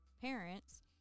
parents